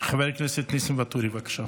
חבר הכנסת ניסים ואטורי, בבקשה.